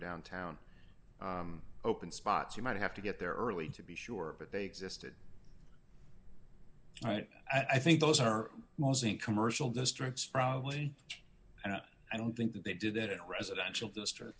downtown open spots you might have to get there early to be sure but they existed right i think those are mostly in commercial districts and i don't think that they did that in a residential district